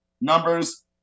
numbers